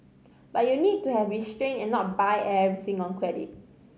but you need to have restrain and not buy everything on credit